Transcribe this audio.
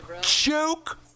Joke